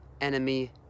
enemy